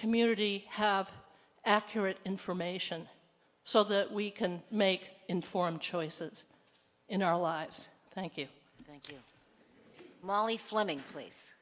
community have accurate information so that we can make informed choices in our lives thank you thank you molly fleming